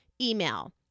email